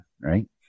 right